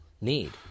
need